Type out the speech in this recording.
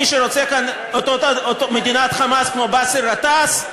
מי שרוצה כאן מדינת "חמאס", כמו באסל גטאס,